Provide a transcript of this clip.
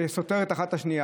זה סותר אחד את השני.